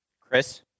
Chris